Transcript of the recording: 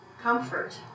Comfort